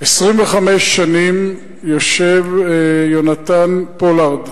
25 שנים יושב יונתן פולארד,